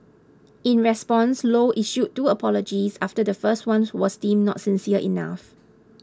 in response Low issued two apologies after the first one was deemed not sincere enough